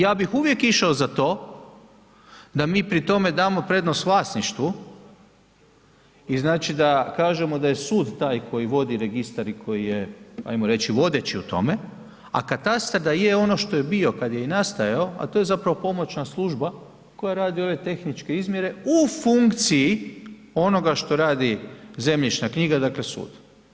Ja bih uvijek išao za to da mi pri tome damo prednost vlasništvu i znači da kažemo da je sud taj koji vodi registar i koji je ajmo reći, vodeći u tome, a katastar da je ono što je i bio kad je i nastajao a to je zapravo pomoćna služba koja radi ove tehničke izmjere u funkciji onoga što radi zemljišna knjiga, dakle sud.